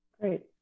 Great